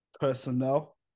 personnel